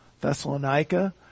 Thessalonica